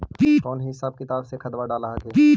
कौन हिसाब किताब से खदबा डाल हखिन?